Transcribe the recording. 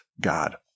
God